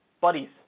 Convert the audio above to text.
buddies